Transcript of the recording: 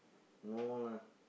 no lah